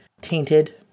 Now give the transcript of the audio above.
tainted